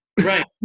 right